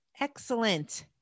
Excellent